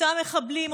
אותם מחבלים,